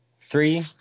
Three